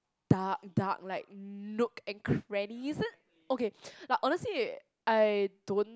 dark dark like nook and crannies okay like honestly I don't